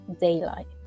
Daylight